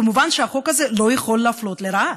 כמובן שהחוק הזה לא יכול להפלות לרעה,